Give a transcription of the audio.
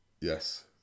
Yes